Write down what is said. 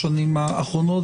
למשהו,